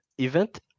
event